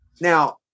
Now